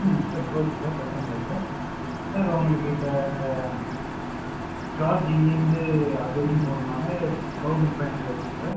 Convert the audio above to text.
ம் sir okay sir பிரச்சின இல்லை சார் சார் உங்களுக்கு இப்போ சார்ஜ் இங்கேருந்து அதுவரைக்கும் போகிறதுனால தெளசண்ட் ஃபைவ் ஹண்ட்ரெட் வருது சார்